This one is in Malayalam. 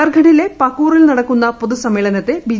ജാർഖണ്ഡിലെ പകൂറിൽ നടക്കുന്ന പൊതുസമ്മേളനത്തെ ബി